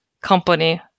company